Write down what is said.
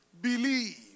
believe